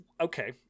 okay